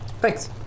Thanks